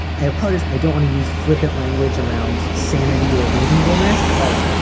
i apologize. i do want to use flippant language around sanity or reasonableness. but like,